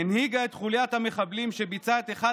הנהיגה את חוליית המחבלים שביצעה את אחד